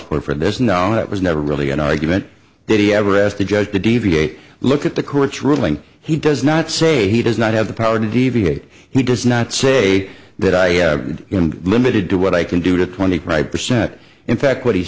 support for this unknown it was never really an argument that he ever asked the judge to deviate look at the court's ruling he does not say he does not have the power to deviate he does not say that i am limited to what i can do twenty five percent in fact what he